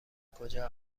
کجا